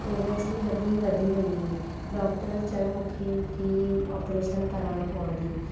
पेर जी हॾी वधी वई हुई डॉक्टर चयो मूंखे की ऑपरेशन कराइणो पवंदी